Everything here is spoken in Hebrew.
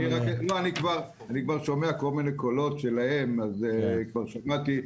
אני כבר שומע כל מיני קולות שלהם אז כבר שוכנעתי.